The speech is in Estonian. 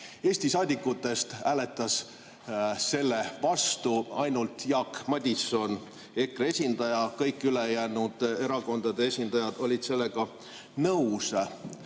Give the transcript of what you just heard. Eesti saadikutest hääletas selle vastu ainult Jaak Madison, EKRE esindaja. Kõik ülejäänud erakondade esindajad olid sellega nõus.